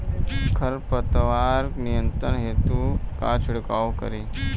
खर पतवार नियंत्रण हेतु का छिड़काव करी?